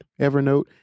Evernote